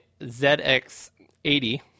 ZX80